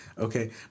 Okay